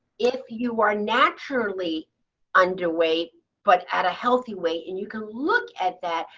if you are naturally underweight but at a healthy weight and you can look at that,